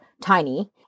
tiny